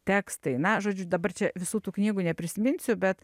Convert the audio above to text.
tekstai na žodžiu dabar čia visų tų knygų neprisiminsiu bet